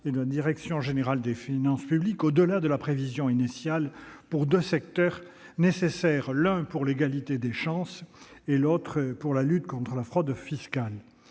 et de la direction générale des finances publiques au-delà de la prévision initiale, deux secteurs pourtant nécessaires, l'un pour l'égalité des chances, l'autre pour la lutte contre la fraude fiscale.